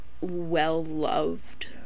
well-loved